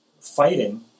fighting